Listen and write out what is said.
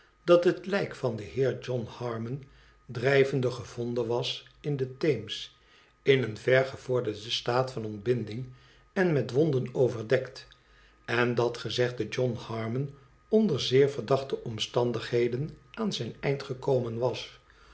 dat het hjk vanden heer john harmon drijvende gevonden was in den theems in een ver gevorderden staat van ontbinding en met wonden overdekt en dat gezegde john harmon onder zeer ver dachte omstandigheden aan zijn eind gekomen was